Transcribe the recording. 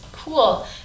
Cool